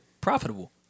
profitable